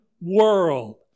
world